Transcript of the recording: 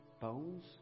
bones